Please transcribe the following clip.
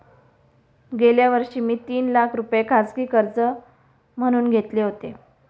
गेल्या वर्षी मी तीन लाख रुपये खाजगी कर्ज म्हणून घेतले होते